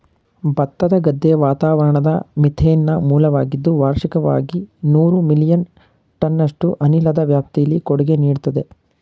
ಭತ್ತದ ಗದ್ದೆ ವಾತಾವರಣದ ಮೀಥೇನ್ನ ಮೂಲವಾಗಿದ್ದು ವಾರ್ಷಿಕವಾಗಿ ನೂರು ಮಿಲಿಯನ್ ಟನ್ನಷ್ಟು ಅನಿಲದ ವ್ಯಾಪ್ತಿಲಿ ಕೊಡುಗೆ ನೀಡ್ತದೆ